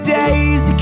days